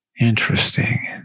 Interesting